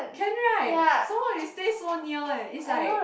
can right some more we stay so near eh it's like